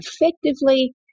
effectively